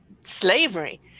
slavery